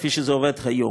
כפי שזה עובד היום.